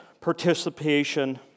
participation